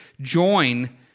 join